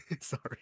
sorry